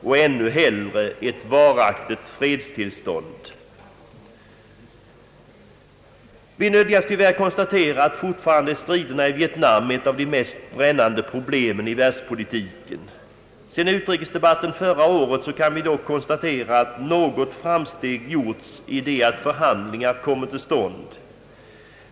Vi nödgas tyvärr konstatera att striderna i Vietnam fortfarande är ett av de mest brännande problemen i världspolitiken. Sedan förra årets utrikesdebatt kan vi dock konstatera att vissa framsteg gjorts i det att förhandlingar kommit till stånd.